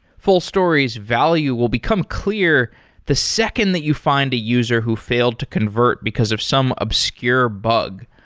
fullstory's value will become clear the second that you find a user who failed to convert because of some obscure bug.